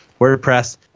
WordPress